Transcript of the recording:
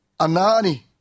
anani